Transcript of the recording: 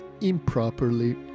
improperly